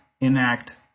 enact